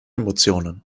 emotionen